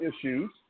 issues